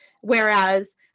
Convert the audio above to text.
Whereas